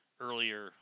earlier